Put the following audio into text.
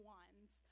ones